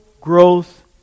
growth